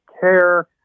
care